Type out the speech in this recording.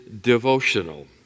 devotional